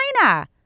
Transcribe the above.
China